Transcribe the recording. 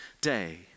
day